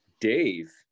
Dave